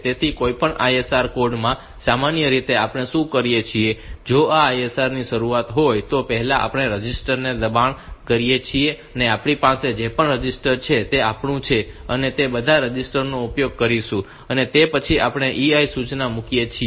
તેથી કોઈપણ ISR code માં સામાન્ય રીતે આપણે શું કરીએ છીએ કે જો આ ISR ની શરૂઆત હોય તો પહેલા આપણે રજીસ્ટર ને દબાણ કરીએ છીએ કે આપણી પાસે જે પણ રજીસ્ટર છે તે આપણું છે અને તે બધા રજીસ્ટર નો ઉપયોગ કરીશું અને તે પછી આપણે EI સૂચના મૂકીએ છીએ